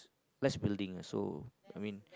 less building also I mean